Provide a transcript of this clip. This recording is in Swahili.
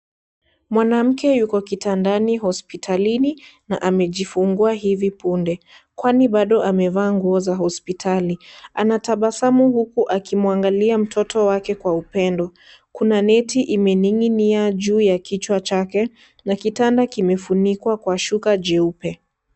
Mwanamke yuko kitandani hospitalini na amejifungua hivi punde. Kwani bado amevaa nguo za hospitali. Anatabasamu huku akimwangalia mtoto wake kwa upendo. Kuna neti imeninginia juu ya kichwa chale na kitanda kimefunikwa kwa shuka jeupe.